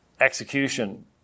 execution